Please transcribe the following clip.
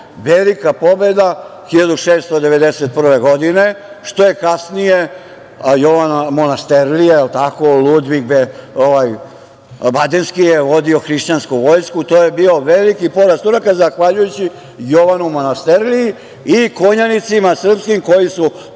Velika pobeda 1691. godine što je kasnije Jovana Monasterlije, jel tako, Ludvig Badenski je vodio hrišćansku vojsku. To je bio veliki poraz Turaka zahvaljujući Jovanu Monasterliji i konjanicima srpskim koji su